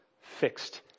fixed